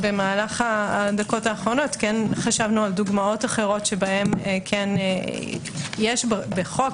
בדקות האחרונות חשבנו על דוגמאות אחרות שבהן יש בחוק,